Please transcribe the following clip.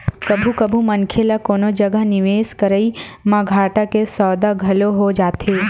कभू कभू मनखे ल कोनो जगा निवेस करई म घाटा के सौदा घलो हो जाथे